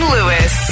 Lewis